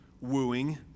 wooing